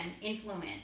influence